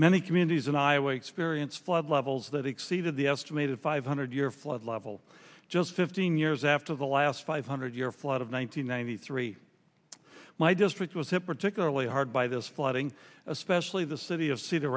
many communities and i wakes variance flood levels that exceeded the estimated five hundred year flood level just fifteen years after the last five hundred year flood of one thousand nine hundred three my district was in particularly hard by this flooding especially the city of cedar